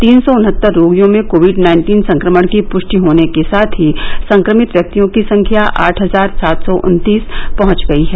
तीन सौ उनहत्तर रोगियों में कोविड नाइन्टीन संक्रमण की पृष्टि होने के साथ ही संक्रमित व्यक्तियों की संख्या आठ हजार सात सौ उन्तीस पहुंच गई है